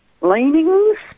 leanings